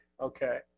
Okay